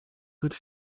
good